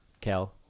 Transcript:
Kel